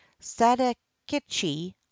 sadakichi